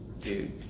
dude